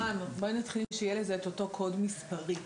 בואי נתחיל שיהיה לזה את אותו קוד מספרי.